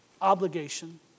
obligation